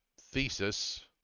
thesis